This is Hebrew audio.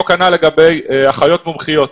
אותו כנ"ל לגבי אחיות מומחיות.